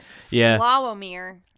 Slawomir